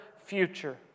future